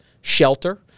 shelter